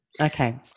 Okay